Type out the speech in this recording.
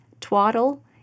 Twaddle